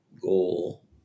goal